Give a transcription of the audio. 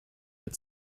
mit